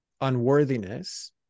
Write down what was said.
unworthiness